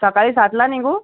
सकाळी सातला निघू